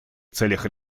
целях